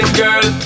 girl